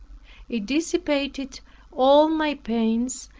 it dissipated all my pains,